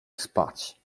spać